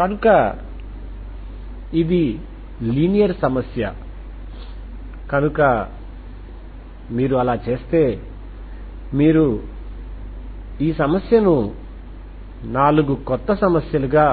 కనుక ఇది లీనియర్ సమస్య కనుక మీరు అలా చేస్తే మీరు ఈ సమస్యను 4 కొత్త సమస్యలుగా